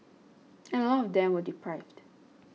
and a lot of them were deprived